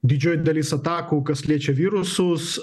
didžioji dalis atakų kas liečia virusus